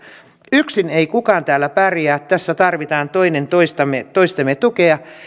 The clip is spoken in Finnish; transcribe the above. yksin ei kukaan täällä pärjää tässä tarvitaan toinen toistemme tukea